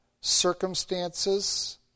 circumstances